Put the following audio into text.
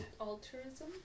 altruism